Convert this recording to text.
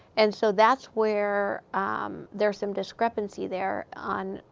and so that's where there's some discrepancy there on,